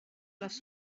les